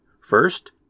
First